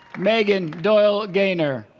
megan doyle gaynor